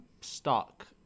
stuck